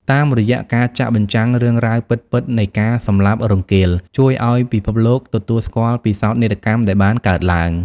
តាមរយៈការចាក់បញ្ចាំងរឿងរ៉ាវពិតៗនៃការសម្លាប់រង្គាល ជួយឲ្យពិភពលោកទទួលស្គាល់ពីសោកនាដកម្មដែលបានកើតឡើង។